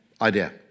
idea